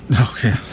Okay